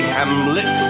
Hamlet